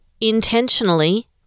intentionally